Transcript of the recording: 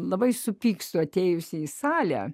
labai supyksiu atėjusi į salę